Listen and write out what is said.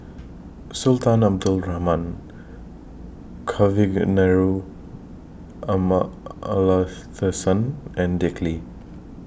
Sultan Abdul Rahman Kavignareru Amallathasan and Dick Lee